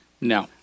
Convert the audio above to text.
No